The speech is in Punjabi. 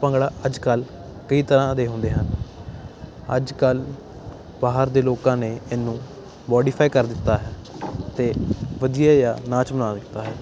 ਭੰਗੜਾ ਅੱਜ ਕੱਲ੍ਹ ਕਈ ਤਰ੍ਹਾਂ ਦੇ ਹੁੰਦੇ ਹਨ ਅੱਜ ਕੱਲ੍ਹ ਬਾਹਰ ਦੇ ਲੋਕਾਂ ਨੇ ਇਹਨੂੰ ਮੋਡੀਫਾਈ ਕਰ ਦਿੱਤਾ ਹੈ ਅਤੇ ਵਧੀਆ ਜਿਹਾ ਨਾਚ ਬਣਾ ਦਿੱਤਾ ਹੈ